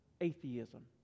atheism